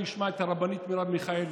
תשמע את הרבנית מרב מיכאלי,